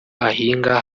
ahinga